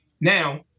Now